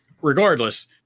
regardless